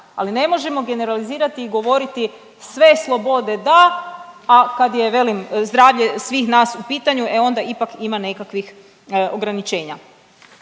ali ne možemo generalizirati i govoriti sve slobode da, a kad je velim zdravlje svih nas u pitanju e onda ipak ima nekakvih ograničenja.